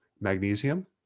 magnesium